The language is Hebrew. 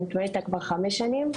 אני מתמודדת איתה כבר כחמש שנים,